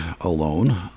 alone